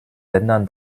ländern